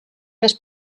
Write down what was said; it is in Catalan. més